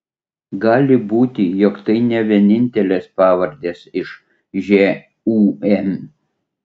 gali būti jog tai ne vienintelės pavardės iš žūm